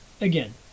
again